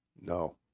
No